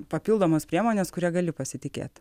papildomos priemonės kuria gali pasitikėt